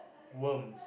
worm